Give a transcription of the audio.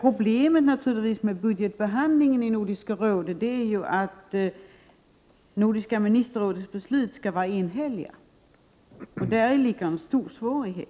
problemet med budgetbehandlingen i Nordiska rådet är att beslut av Nordiska ministerrådet skall vara enhälliga. Däri ligger en stor svårighet.